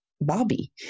Bobby